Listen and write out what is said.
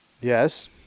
Yes